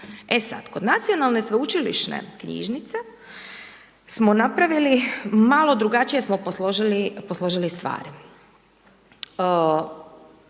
E sad, kod nacionalne sveučilišne knjižnice smo napravili, malo drugačije smo posložili stvari.